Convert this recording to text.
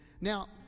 Now